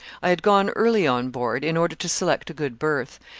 i had gone early on board, in order to select a good berth,